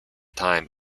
time